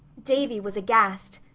davy was aghast.